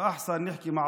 אבל בכל זאת, תרשו לי הפעם.